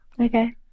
Okay